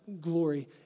glory